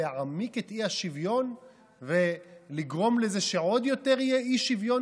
להעמיק את האי-שוויון ולגרום לזה שיהיה עוד יותר אי-שוויון?